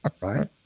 right